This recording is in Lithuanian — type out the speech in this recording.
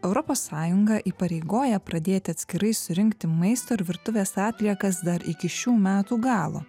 europos sąjunga įpareigoja pradėti atskirai surinkti maisto ir virtuvės atliekas dar iki šių metų galo